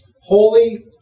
holy